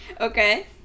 okay